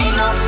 no